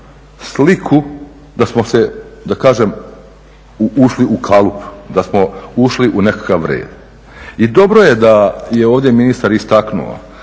sliku da smo se, da kažem ušli u kalup, da smo ušli u nekakav red. I dobro je da je ovdje ministar istaknuo